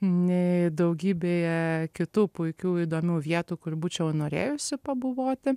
nei daugybėje kitų puikių įdomių vietų kur būčiau norėjusi pabuvoti